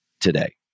today